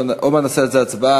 עוד מעט נעשה את ההצבעה.